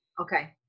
Okay